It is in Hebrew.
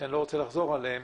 - שלא אחזור עליהן